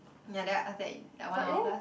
ya then after that that one hour plus